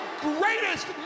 greatest